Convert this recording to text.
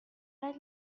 فقط